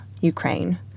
Ukraine